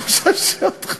המקוואות.